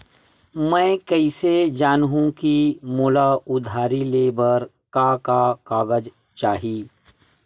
मैं कइसे जानहुँ कि मोला उधारी ले बर का का कागज चाही?